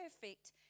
perfect